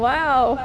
!wow!